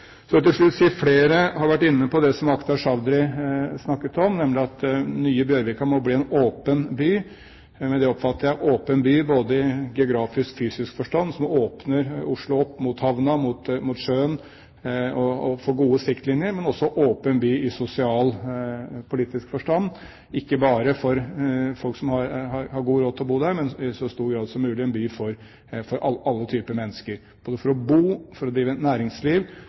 Så vil jeg til slutt si at flere har vært inne på det som Akhtar Chaudhry snakket om, nemlig at nye Bjørvika må bli en «åpen» by. Det oppfatter jeg som en åpen by både i geografisk og fysisk forstand, som åpner Oslo opp mot havna, mot sjøen og får gode siktlinjer, og også som en åpen by i sosialpolitisk forstand, ikke bare for folk som har god råd til å bo der, men i så stor grad som mulig en by for alle typer mennesker både for å bo, for å drive næringsliv